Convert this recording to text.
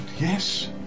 yes